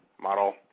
model